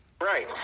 Right